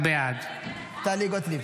בעד טלי גוטליב